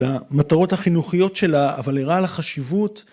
‫במטרות החינוכיות שלה, ‫אבל ערה לחשיבות